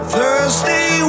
Thursday